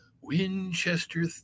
Winchester